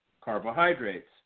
carbohydrates